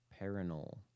Paranol